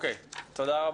תודה.